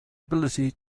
ability